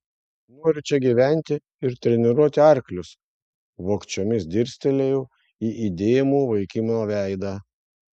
noriu čia gyventi ir treniruoti arklius vogčiomis dirstelėjau į įdėmų vaikino veidą